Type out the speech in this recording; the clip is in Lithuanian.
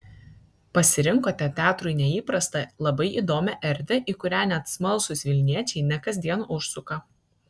pasirinkote teatrui neįprastą labai įdomią erdvę į kurią net smalsūs vilniečiai ne kasdien užsuka